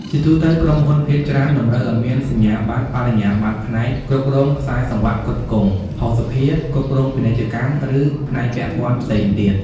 ជាទូទៅ ក្រុមហ៊ុនភាគច្រើនតម្រូវឱ្យមានសញ្ញាបត្របរិញ្ញាបត្រផ្នែក គ្រប់គ្រងខ្សែសង្វាក់ផ្គត់ផ្គង់, ភស្តុភារ , គ្រប់គ្រងពាណិជ្ជកម្ម ឬផ្នែកពាក់ព័ន្ធផ្សេងទៀត។